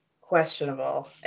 questionable